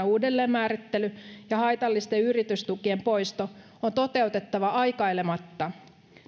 uudelleenmäärittely ja haitallisten yritystukien poisto on toteutettava aikailematta